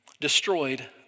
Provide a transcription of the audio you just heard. destroyed